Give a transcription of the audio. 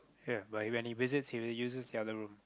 ya but when he visits he will uses the other room